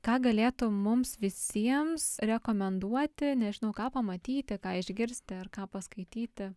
ką galėtum mums visiems rekomenduoti nežinau ką pamatyti ką išgirsti ar ką paskaityti